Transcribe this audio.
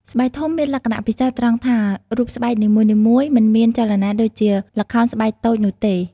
ស្បែកធំមានលក្ខណៈពិសេសត្រង់ថា រូបស្បែកនីមួយៗមិនមានចលនាដូចជាល្ខោនស្បែកតូចនោះទេ។